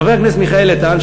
וחבר הכנסת מיכאל איתן,